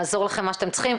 נעזור לכם מה שאתם צריכים,